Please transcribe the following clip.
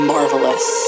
Marvelous